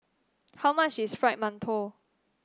how much is Fried Mantou